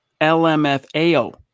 LMFAO